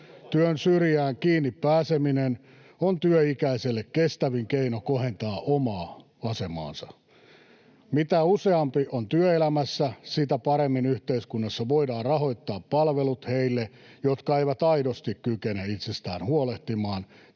Työn syrjään kiinni pääseminen on työikäiselle kestävin keino kohentaa omaa asemaansa. Mitä useampi on työelämässä, sitä paremmin yhteiskunnassa voidaan rahoittaa palvelut heille, jotka eivät aidosti kykene itsestään huolehtimaan tai